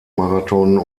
marathon